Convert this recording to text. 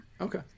Okay